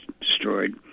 destroyed